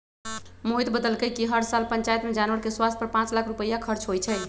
मोहित बतलकई कि हर साल पंचायत में जानवर के स्वास्थ पर पांच लाख रुपईया खर्च होई छई